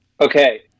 Okay